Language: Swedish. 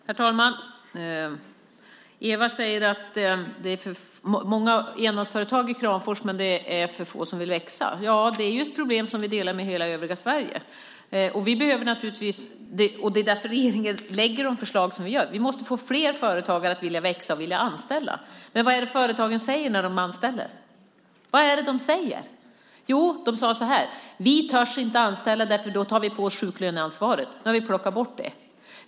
Herr talman! Eva säger att det är många enmansföretag i Kramfors men att det är för få som vill växa. Ja, det är ett problem som man delar med hela övriga Sverige. Det är därför regeringen lägger fram de förslag som den gör. Vi måste få fler företagare att vilja växa och vilja anställa. Men vad är det företagen säger när de ska anställa. Jo, de säger att de inte törs anställa därför att då tar de på sig sjuklöneansvaret. Nu har vi plockat bort det.